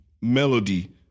melody